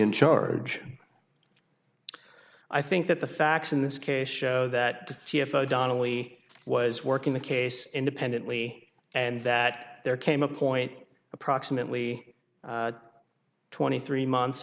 in charge i think that the facts in this case show that donnelly was working the case independently and that there came a point approximately twenty three months